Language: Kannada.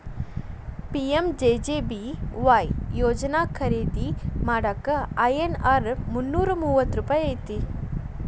ಪಿ.ಎಂ.ಜೆ.ಜೆ.ಬಿ.ವಾಯ್ ಯೋಜನಾ ಖರೇದಿ ಮಾಡಾಕ ಐ.ಎನ್.ಆರ್ ಮುನ್ನೂರಾ ಮೂವತ್ತ ರೂಪಾಯಿ ಐತಿ